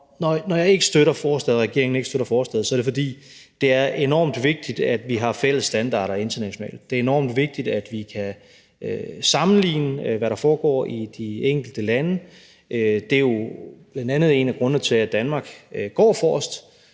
og regeringen ikke støtter forslaget, er det, fordi det er enormt vigtigt, at vi har fælles standarder internationalt; det er enormt vigtigt, at vi kan sammenligne, hvad der foregår i de enkelte lande. Det er jo bl.a. en af grundene til, at Danmark går forrest.